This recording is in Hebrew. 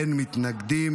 אין מתנגדים.